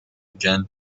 again